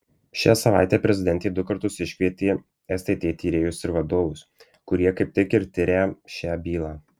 šią savaitę prezidentė du kartus iškvietė stt tyrėjus ir vadovus kurie kaip tik ir tirią šią bylą